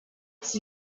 sie